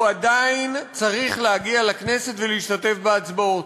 הוא עדיין צריך להגיע לכנסת ולהשתתף בהצבעות.